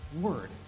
word